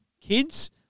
kids